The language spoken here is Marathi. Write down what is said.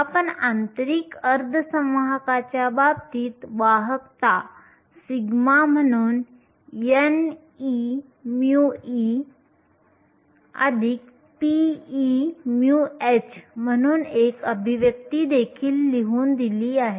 आपण आंतरिक अर्धसंवाहकाच्या बाबतीत वाहकता सिग्मा म्हणून n e μe p e μh म्हणून एक अभिव्यक्ती देखील लिहून दिली आहे